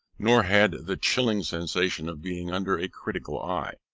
nor had the chilling sensation of being under a critical eye.